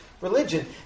religion